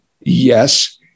yes